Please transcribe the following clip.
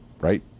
Right